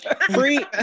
Free